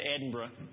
Edinburgh